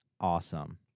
Awesome